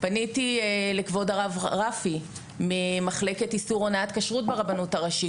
פניתי לכבוד הרב רפי ממחלקת איסור הונאה כשרות ברבנות הראשית.